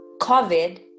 COVID